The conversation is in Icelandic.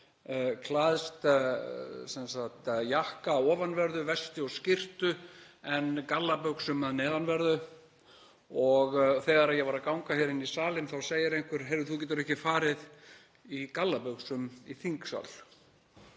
klæðst jakka að ofanverðu, vesti og skyrtu, en gallabuxum að neðanverðu. Og þegar ég var að ganga inn í salinn segir einhver: Heyrðu, þú getur ekki farið í gallabuxum í þingsal.